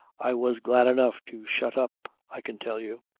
i was glad enough to shut up, i can tell you.